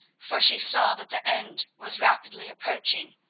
for she saw that the end was rapidly approaching.